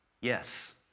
Yes